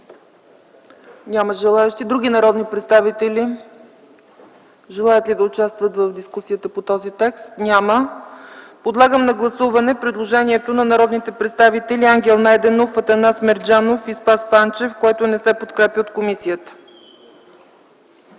Няма. Други народни представители желаят ли да участват в дискусията по този текст? Няма желаещи. Подлагам на гласуване предложението на народните представители Ангел Найденов, Атанас Мерджанов и Спас Панчев, което не се подкрепя от комисията.